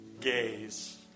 gaze